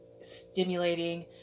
stimulating